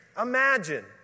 Imagine